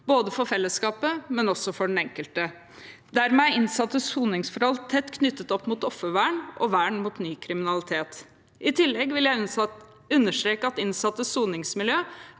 både for fellesskapet og for den enkelte. Dermed er innsattes soningsforhold tett knyttet opp mot offervern og vern mot ny kriminalitet. I tillegg vil jeg understreke at innsattes soningsmiljø